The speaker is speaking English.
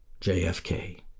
JFK